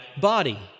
body